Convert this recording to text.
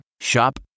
Shop